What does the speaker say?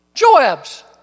Joab's